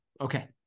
okay